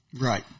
Right